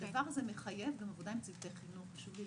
הדבר הזה מחייב עבודה בשני ההיבטים,